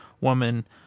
woman